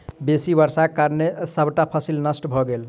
बेसी वर्षाक कारणें सबटा फसिल नष्ट भ गेल